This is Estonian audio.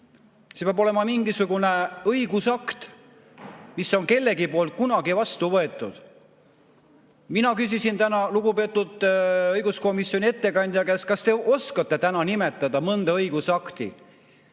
See peab olema mingisugune õigusakt, mis on kellegi poolt kunagi vastu võetud. Mina küsisin täna lugupeetud õiguskomisjoni ettekandja käest: kas te oskate nimetada mõnda õigusakti,